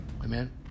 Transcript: Amen